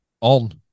on